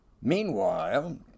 meanwhile